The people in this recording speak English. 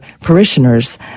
parishioners